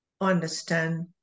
understand